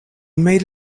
made